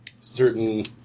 certain